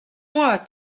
moi